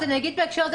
אז אני אגיד בהקשר הזה,